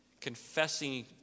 confessing